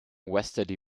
westerly